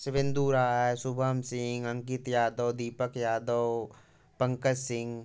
Shivendu Rai Shubham Singh Ankit Yadav Deepak Yadav Pankaj Singh